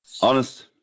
Honest